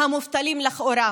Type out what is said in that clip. המובטלים לכאורה,